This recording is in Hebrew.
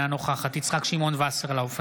אינה נוכחת יצחק שמעון וסרלאוף,